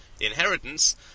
inheritance